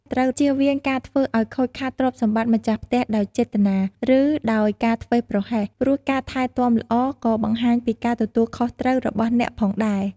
ត្រូវជៀសវាងការធ្វើឱ្យខូចខាតទ្រព្យសម្បត្តិម្ចាស់ផ្ទះដោយចេតនា ឬដោយការធ្វេសប្រហែស ព្រោះការថែទាំល្អក៏បង្ហាញពីការទទួលខុសត្រូវរបស់អ្នកផងដែរ។